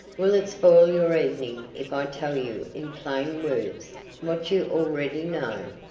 will it spoil your evening if i tell you in plain words what you already know?